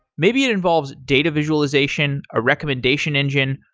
maybe it involves data visualization, a recommendation engine,